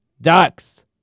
Ducks